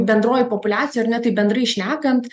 bendroj populiacijoj ar ne taip bendrai šnekant